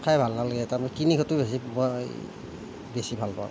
খাই ভাল নালাগে তাৰমানে কিনি খোৱাটো বেছি মই বেছি ভাল পাওঁ